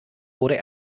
wurde